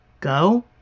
go